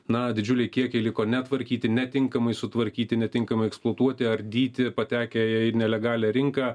na didžiuliai kiekiai liko netvarkyti netinkamai sutvarkyti netinkami eksploatuoti ardyti patekę į nelegalią rinką